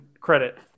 credit